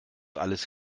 alles